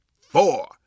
four